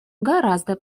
гораздо